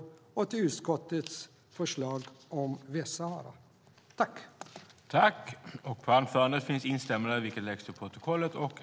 Jag yrkar även bifall till utskottets förslag om Västsahara. I detta anförande instämde Valter Mutt .